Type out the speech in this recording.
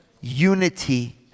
unity